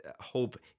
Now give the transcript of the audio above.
hope